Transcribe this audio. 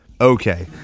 Okay